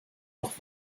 noch